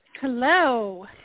Hello